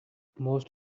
most